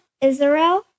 Israel